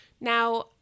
Now